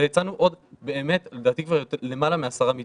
והצענו באמת לדעתי למעלה מעשרה מתווים.